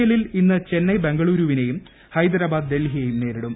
എല്ലിൽ ഇന്ന് ചെന്നൈ ബംഗളുരുവിനെയും ഹൈദരാബാദ് ഡൽഹിയേയും നേരിടും